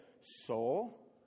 Soul